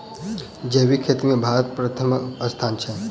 जैबिक खेती मे भारतक परथम स्थान छै